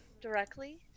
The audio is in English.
directly